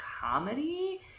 comedy